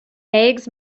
eggs